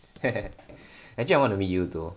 actually I wanna meet you though